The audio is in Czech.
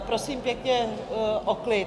Prosím pěkně o klid.